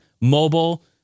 Mobile